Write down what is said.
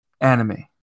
anime